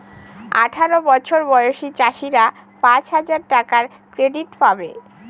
আঠারো বছর বয়সী চাষীরা পাঁচ হাজার টাকার ক্রেডিট পাবে